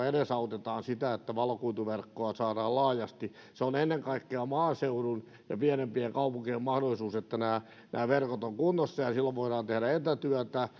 edesautetaan sitä että valokuituverkkoa saadaan laajasti se on ennen kaikkea maaseudun ja pienempien kaupunkien mahdollisuus että nämä verkot ovat kunnossa silloin voidaan tehdä etätyötä